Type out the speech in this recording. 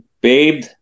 babe